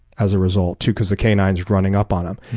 as a result, too, because the k nine s running up on him.